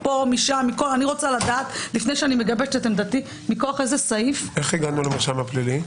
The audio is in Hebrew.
אני רוצה לדעת מכוח איזה סעיף- - איך הגענו למרשם הפלילי?